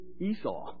Esau